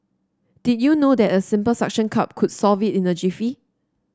did you know that a simple suction cup could solve it in a jiffy